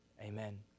amen